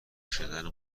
شدن